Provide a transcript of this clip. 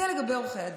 זה לגבי עורכי הדין.